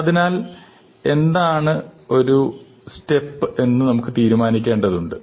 അതിനാൽ എന്താണെന്ന് ഒരു സ്റ്റെപ് എന്ന് നമുക്ക് തീരുമാനിക്കേണ്ടതുണ്ട്